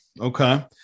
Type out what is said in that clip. Okay